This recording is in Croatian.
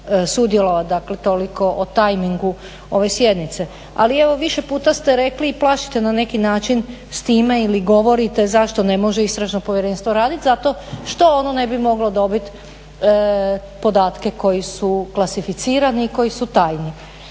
sudjelovati. Dakle, toliko o tajmingu ove sjednice. Ali evo više puta ste rekli i plašite na neki način s time ili govorite zašto ne može Istražno povjerenstvo raditi. Zato što ono ne bi moglo dobiti podatke koji su klasificirani i koji su tajni.